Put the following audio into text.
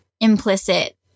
implicit